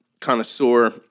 connoisseur